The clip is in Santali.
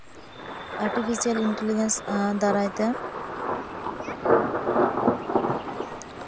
ᱟᱨᱴᱤᱯᱷᱮᱥᱤᱭᱟᱞ ᱤᱱᱴᱮᱞᱤᱡᱮᱱᱥ ᱫᱟᱨᱟᱭ ᱛᱮ